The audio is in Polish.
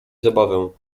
zabawę